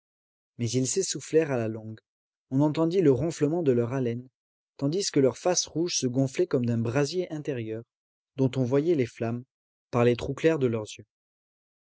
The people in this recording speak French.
mais ils s'essoufflèrent à la longue on entendit le ronflement de leur haleine tandis que leur face rouge se gonflait comme d'un brasier intérieur dont on voyait les flammes par les trous clairs de leurs yeux